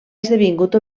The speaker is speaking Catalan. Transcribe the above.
esdevingut